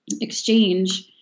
exchange